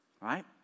right